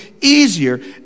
easier